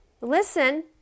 listen